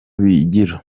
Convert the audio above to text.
bigira